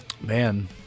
man